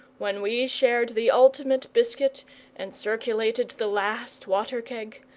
when we shared the ultimate biscuit and circulated the last water-keg,